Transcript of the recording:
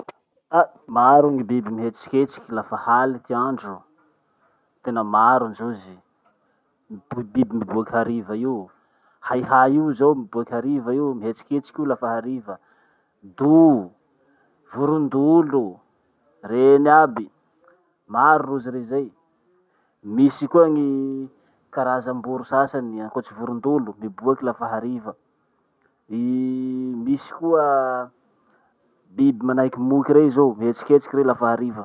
Ah maro gny biby mihetsiketsiky lafa haly ty andro, tena maro ndrozy. biby miboaky hariva io. Haihay io zao miboaky hariva io, mihetsiketsiky io lafa hariva. Do, vorondolo, reny aby, maro rozy re zay. Misy koa gny karazam-boro sasany ankoatsy vorondolo miboaky lafa hariva. I misy koa biby manahaky moky rey zao mihetsiketsiky lafa hariva.